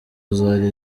zari